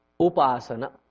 Upasana